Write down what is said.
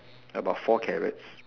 about four carrots